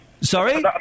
Sorry